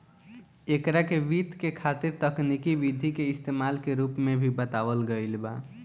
एकरा के वित्त के खातिर तकनिकी विधि के इस्तमाल के रूप में भी बतावल गईल बा